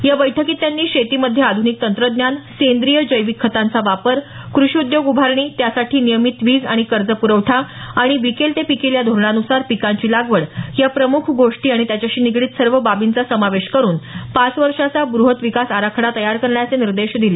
या बैठकीत त्यांनी शेतीमध्ये आधुनिक तंत्रज्ञान सेद्रिंय जैविक खतांचा वापर कृषीउद्योग उभारणी त्यासाठी नियमित वीज आणि कर्ज पुरवठा आणि विकेल ते पिकेल या धोरणान्सार पिकांची लागवड या प्रमुख गोष्टी आणि त्याच्याशी निगडीत सर्व बाबींचा समावेश करून पाच वर्षांचा ब्रहत विकास आराखडा तयार करण्याचे निर्देश दिले